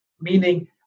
meaning